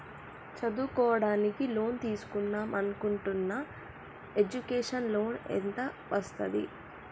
చదువుకోవడానికి లోన్ తీస్కుందాం అనుకుంటున్నా ఎడ్యుకేషన్ లోన్ ఎంత వస్తది?